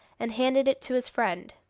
and handed it to his friend.